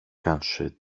kanske